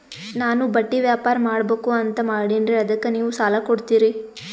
ನಾನು ಬಟ್ಟಿ ವ್ಯಾಪಾರ್ ಮಾಡಬಕು ಅಂತ ಮಾಡಿನ್ರಿ ಅದಕ್ಕ ನೀವು ಸಾಲ ಕೊಡ್ತೀರಿ?